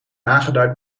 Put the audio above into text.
aangeduid